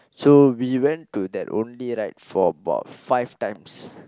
so we went to that only right for about five times